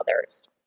others